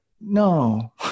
no